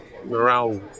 morale